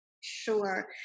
Sure